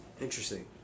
interesting